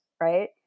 right